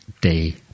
day